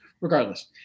regardless